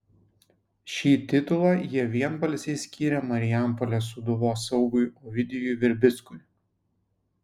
šį titulą jie vienbalsiai skyrė marijampolės sūduvos saugui ovidijui verbickui